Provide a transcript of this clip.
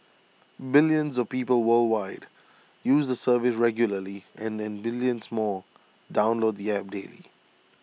billions of people worldwide use the service regularly and and millions more download the app daily